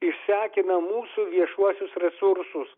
išsekina mūsų viešuosius resursus